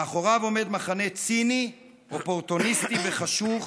מאחוריו עומד מחנה ציני, אופורטוניסטי וחשוך,